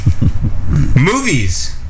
Movies